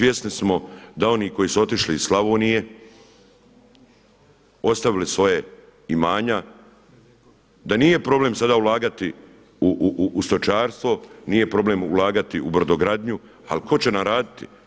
Svjesni smo da oni koji su otišli iz Slavonije, ostavili svoja imanja, da nije problem sada ulagati u stočarstvo, nije problem ulagati u brodogradnju, ali tko će nam raditi?